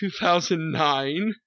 2009